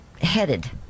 headed